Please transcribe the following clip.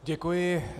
Děkuji.